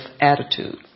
attitude